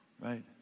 right